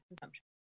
consumption